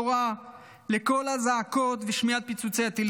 לקול הזעקות ושמיעת פיצוצי הטילים.